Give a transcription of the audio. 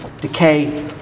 decay